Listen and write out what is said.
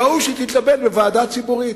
ראוי שהיא תתלבן בוועדה ציבורית.